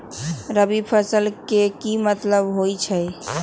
रबी फसल के की मतलब होई छई?